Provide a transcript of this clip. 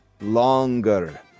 longer